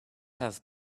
have